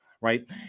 right